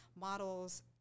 models